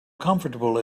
comfortable